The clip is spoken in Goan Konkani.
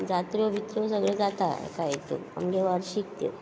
जात्रो बित्रो सगळ्यो जाता जायत्यो आमगे वार्शीक त्यो